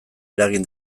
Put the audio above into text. eragin